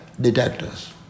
detectors